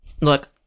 Look